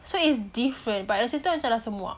so is different but at the same time macam rasa muak